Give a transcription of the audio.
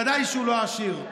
וודאי שהוא לא עשיר.